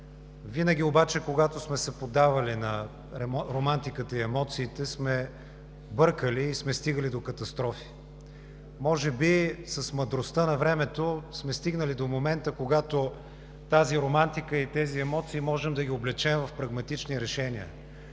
Винаги обаче, когато сме се поддавали на романтиката и емоциите, сме бъркали и сме стигали до катастрофи. Може би с мъдростта на времето сме стигнали до момента, когато тази романтика и тези емоции можем да ги облечем в прагматични решения,